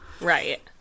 Right